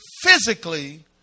physically